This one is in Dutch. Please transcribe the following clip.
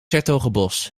hertogenbosch